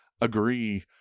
agree